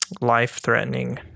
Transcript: life-threatening